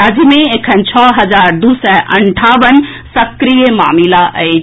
राज्य मे एखन छओ हजार दू सय अंठावन सक्रिय मामिला अछि